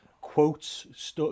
quotes